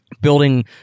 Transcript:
Building